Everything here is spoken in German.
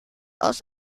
aus